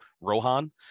Rohan